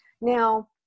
Now